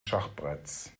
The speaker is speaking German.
schachbretts